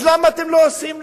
אז למה אתם לא עושים?